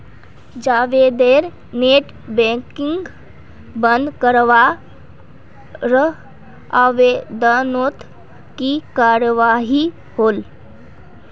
जावेदेर net banking बंद करवार आवेदनोत की कार्यवाही होल?